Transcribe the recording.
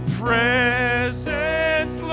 presence